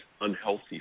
unhealthy